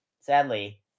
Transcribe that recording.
sadly